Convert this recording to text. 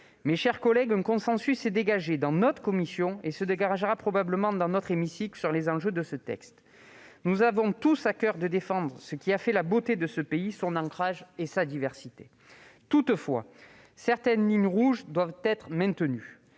Mes chers collègues, un consensus s'est dégagé au sein de notre commission- et se dégagera probablement dans notre hémicycle -sur les enjeux de ce texte. Nous avons tous à coeur de défendre ce qui a fait la beauté de ce pays, son ancrage et sa diversité. Toutefois, certaines lignes rouges doivent être maintenues